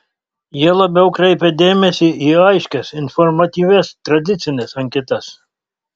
jie labiau kreipia dėmesį į aiškias informatyvias tradicines anketas